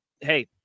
Hey